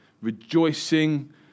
rejoicing